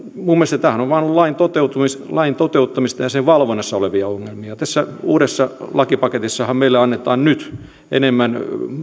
tämähän on ollut vain lain toteuttamisessa ja sen valvonnassa olevia ongelmia tässä uudessa lakipaketissahan meille annetaan nyt enemmän